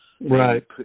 Right